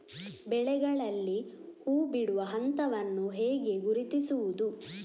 ಬೆಳೆಗಳಲ್ಲಿ ಹೂಬಿಡುವ ಹಂತವನ್ನು ಹೇಗೆ ಗುರುತಿಸುವುದು?